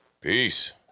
Peace